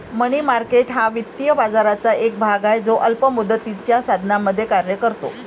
मनी market हा वित्तीय बाजाराचा एक भाग आहे जो अल्प मुदतीच्या साधनांमध्ये कार्य करतो